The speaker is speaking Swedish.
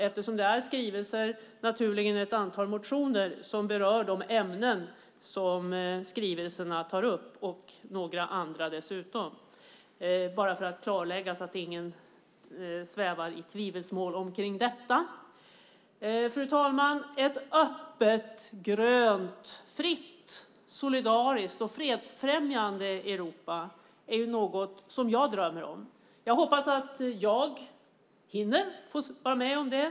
Eftersom det är skrivelser finns till dessa ett antal motioner som berör de ämnen som skrivelserna tar upp, och dessutom ytterligare några. Detta säger jag bara för att ingen ska sväva i tvivelsmål om det. Fru talman! Ett öppet, grönt, fritt, solidariskt och fredsfrämjande Europa är något som jag drömmer om. Jag hoppas att jag hinner vara med om det.